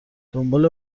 دنبال